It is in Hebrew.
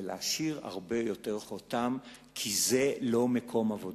ולהשאיר הרבה יותר חותם, כי זה לא מקום עבודה,